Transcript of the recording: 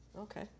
Okay